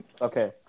Okay